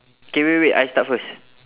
okay wait wait wait I start first